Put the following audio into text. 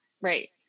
Right